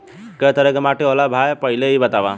कै तरह के माटी होला भाय पहिले इ बतावा?